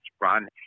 run